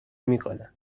میکنم